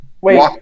wait